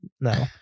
No